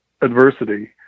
adversity